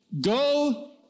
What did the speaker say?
go